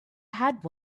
had